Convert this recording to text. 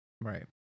Right